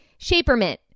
shapermint